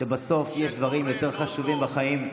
בסוף יש דברים יותר חשובים בחיים.